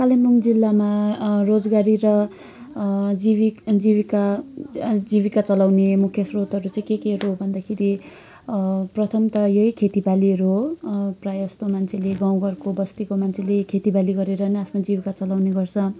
कालिम्बोङ जिल्लामा रोजगारी र जीविका जीविका जीविका चलाउने मुख्य स्रोतहरू चाहिँ के केहरू हो भन्दाखेरि प्रथम त यही खेतीबालीहरू हो प्राय जस्तो मान्छेले गाउँघरको बस्तीको मान्छेले खेतीबाली गरेर नै आफ्नो जीविका चलाउने गर्छ